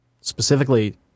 specifically